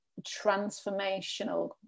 transformational